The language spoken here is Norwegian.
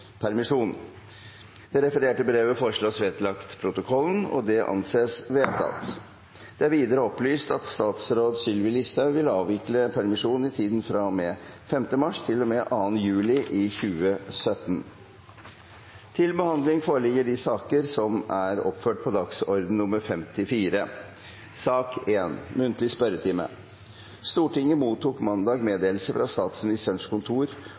permisjon.» Det refererte brevet foreslås vedlagt protokollen. – Det anses vedtatt. Det er videre opplyst at statsråd Sylvi Listhaug vil avvikle permisjon i tiden fra og med 5. mars til og med 2. juli 2017. Stortinget mottok mandag meddelelse fra Statsministerens kontor om at statsrådene Ketil Solvik-Olsen, Monica Mæland og Terje Søviknes vil møte til muntlig spørretime.